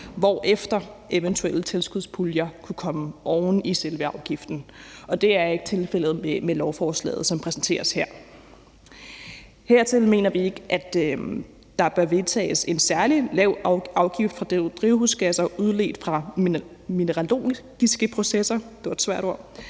hvorefter eventuelle tilskudspuljer kunne komme oven i selve afgiften, og det er ikke tilfældet med lovforslaget, som præsenteres her. Herudover mener vi ikke, at der vedtages en særlig lav afgift på drivhusgasser udledt fra mineralogiske processer